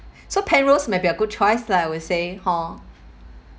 so penrose may be a good choice lah I would say hor